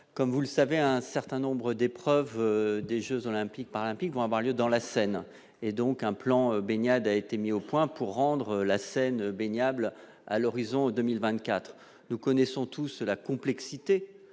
comme vous le savez, un certain nombre d'épreuves des Jeux olympiques par un pic vont avoir lieu dans la Seine et donc un plan baignade a été mis au point pour rendre la Seine baignade l'à l'horizon 2024, nous connaissons tous ceux la complexité